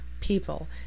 people